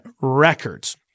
records